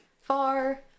Far